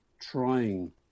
trying